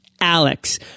Alex